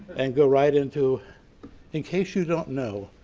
and go right into in case you don't know,